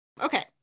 okay